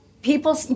People